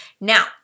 Now